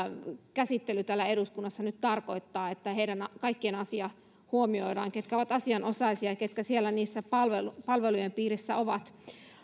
käsittely täällä eduskunnassa nyt tarkoittaa että kaikkien heidän asia huomioidaan ketkä ovat asianosaisia ja ketkä siellä niiden palvelujen piirissä ovat